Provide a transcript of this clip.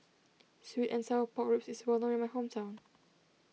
Sweet and Sour Pork Ribs is well known in my hometown